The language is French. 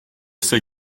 sais